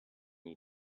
you